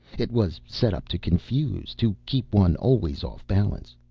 it was set up to confuse, to keep one always off balance.